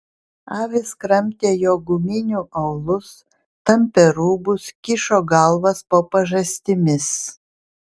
avys kramtė jo guminių aulus tampė rūbus kišo galvas po pažastimis